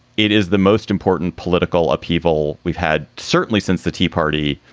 it is the most important political upheaval we've had certainly since the tea party.